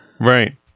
Right